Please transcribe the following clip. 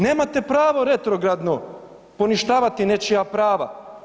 Nemate pravo retrogradno poništavati nečija prava.